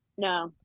No